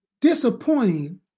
disappointing